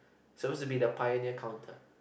supposed to be the pioneer counter